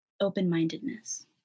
open-mindedness